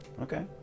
okay